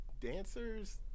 dancers